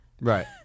right